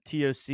TOC